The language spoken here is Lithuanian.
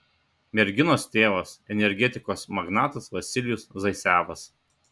merginos tėvas energetikos magnatas vasilijus zaicevas